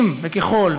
אם וככל,